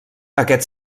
aquest